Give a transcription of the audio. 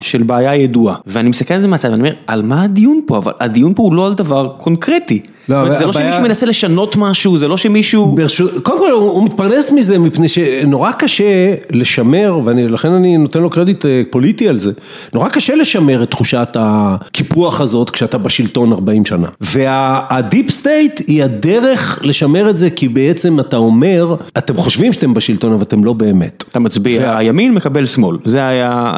של בעיה ידועה, ואני מסתכל על זה מהצד, ואני אומר על מה הדיון פה, אבל הדיון פה הוא לא על דבר קונקרטי. זאת אומרת, זה לא שמישהו מנסה לשנות משהו, זה לא שמישהו... קודם כל הוא מתפרנס מזה מפני שנורא קשה לשמר, ולכן אני נותן לו קרדיט פוליטי על זה, נורא קשה לשמר את תחושת הקיפוח הזאת כשאתה בשלטון 40 שנה. והדיפ סטייט היא הדרך לשמר את זה, כי בעצם אתה אומר, אתם חושבים שאתם בשלטון, אבל אתם לא באמת. אתה מצביע. שהימין מקבל שמאל. זה היה...